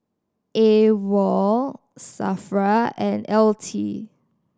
A WOL SAFRA and L T